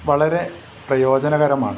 വളരെ പ്രയോജനകരമാണ്